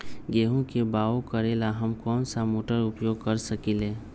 गेंहू के बाओ करेला हम कौन सा मोटर उपयोग कर सकींले?